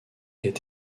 est